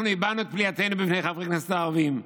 אנחנו הבענו את פליאתנו בפני חברי הכנסת הערבים.